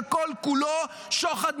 שכל-כולו שוחד,